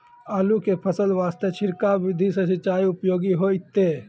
आलू के फसल वास्ते छिड़काव विधि से सिंचाई उपयोगी होइतै?